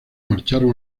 marcharon